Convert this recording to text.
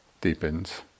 deepens